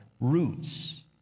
roots